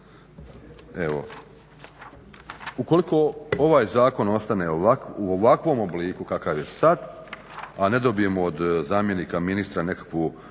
Evo, ukoliko ovaj zakon ostane u ovakvom obliku kakav je sad a ne dobijemo od zamjenika ministra nekakvo